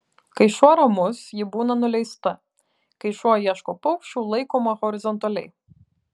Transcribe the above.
kai šuo ramus ji būna nuleista kai šuo ieško paukščių laikoma horizontaliai